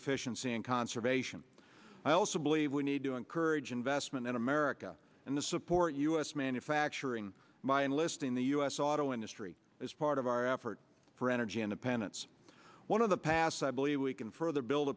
efficiency and conservation i also believe we need to encourage investment in america and to support us manufacturing my enlisting the u s auto industry as part of our effort for energy independence one of the pass i believe we can further build